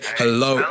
hello